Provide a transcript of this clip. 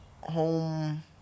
home